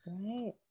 Right